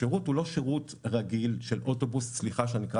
השירות הוא לא שירות רגיל של אוטובוס סליחה שאני קורא